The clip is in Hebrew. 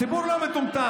הציבור לא מטומטם.